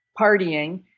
partying